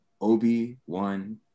Obi-Wan